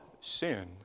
sin